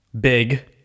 big